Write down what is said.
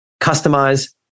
customize